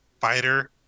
fighter